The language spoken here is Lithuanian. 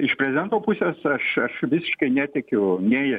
iš prezidento pusės aš aš visiškai netikiu nei